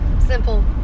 simple